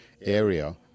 area